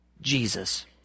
Jesus